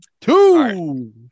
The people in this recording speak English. Two